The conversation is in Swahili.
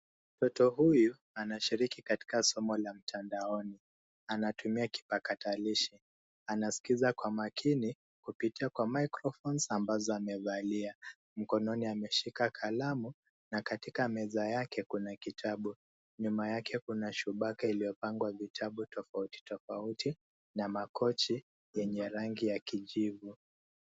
Mtoto huyu anashiriki katika somo la mtandaoni. Anatumia kipakatalishi. Anaskiza kwa makini kupitia kwa microphones [cs)ambazo amevalia. Mkononi ameshika kalamu, na katika meza yake kuna kitabu. Nyuma yake kuna shubaka iliyopangwa vitabu tofauti tofauti na makochi yenye rangi ya kijivu.